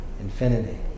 Infinity